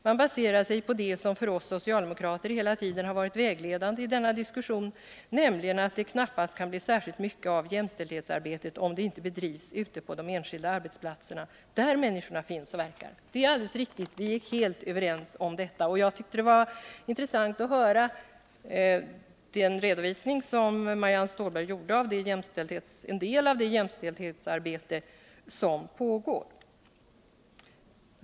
Man baserar sig på det som för oss socialdemokrater hela tiden har varit vägledande i denna diskussion, nämligen att det knappast kan bli särskilt mycket av jämställdhetsarbetet om det inte bedrivs ute på de enskilda arbetsplatserna, där människorna finns och verkar.” Det är riktigt — vi är helt överens om detta. Jag tyckte att det var intressant att höra den redovisning som Marianne Stålberg gav av en del av det jämställdhetsarbete som pågår.